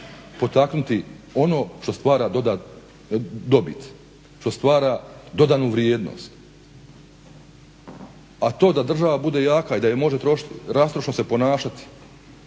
potaknuti ono što stvara dobit, što stvara dodanu vrijednost. A to da država bude jaka i da može rastrošno se ponašati